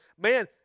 man